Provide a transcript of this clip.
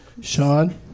Sean